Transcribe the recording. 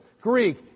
Greek